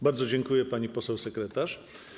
Bardzo dziękuję, pani poseł sekretarz.